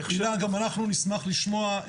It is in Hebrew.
גם אנחנו נשמח לשמוע.